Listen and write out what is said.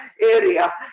area